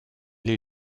les